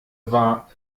war